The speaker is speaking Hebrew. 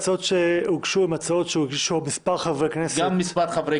ההצעות שאושרו הן הצעות שהגישו מספר חברי כנסת.